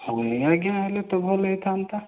ହଉନି ଆଜ୍ଞା ହେଲେ ତ ଭଲ ହେଇଥାନ୍ତା